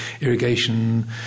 irrigation